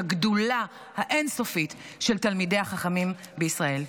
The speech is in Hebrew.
הגדולה האין-סופית של תלמידי החכמים בישראל.